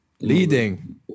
Leading